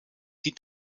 die